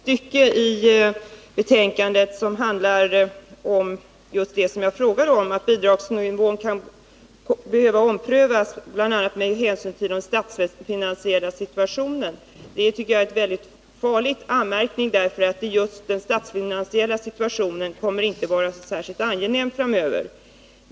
Herr talman! Gabriel Romanus citerade ett stycke i betänkandet som handlar om att bidragsnivån kan behöva omprövas, bl.a. med hänsyn till den statsfinansiella situationen. Det tycker jag är en farlig anmärkning, eftersom just den statsfinansiella situationen inte kommer att vara särskilt angenäm framöver.